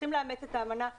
צריכים לאמץ את האמנה בכללותה.